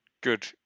Good